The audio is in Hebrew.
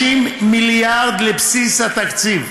30 מיליארד לבסיס התקציב.